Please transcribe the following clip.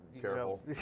Careful